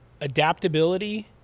Adaptability